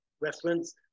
reference